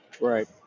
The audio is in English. Right